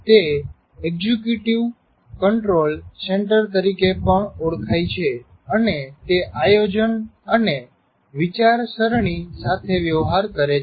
તે executive control centre તરીકે પણ ઓળખાય છે અને તે આયોજન અને વિચારસરણી સાથે વ્યવહાર કરે છે